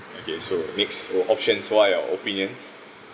okay so next your options what are your opinions